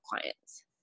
clients